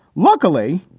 luckily,